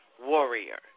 warrior